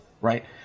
right